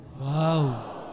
Wow